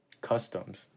Customs